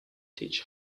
teach